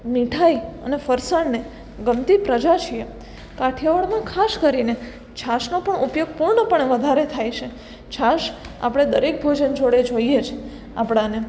મીઠાઈ અને ફરસાણને ગમતી પ્રજા છીએ કઠિયાવાડમાં ખાસ કરીને છાશનો પણ ઉપયોગ પૂર્ણપણે વધારે થાય છે છાશ આપણે દરેક ભોજન જોડે જોઈએ છે આપણને